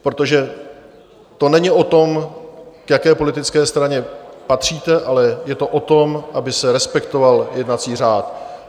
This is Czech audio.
Protože to není o tom, k jaké politické straně patříte, ale je to o tom, aby se respektoval jednací řád.